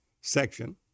section